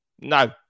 no